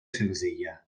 senzilla